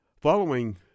Following